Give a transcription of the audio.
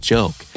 Joke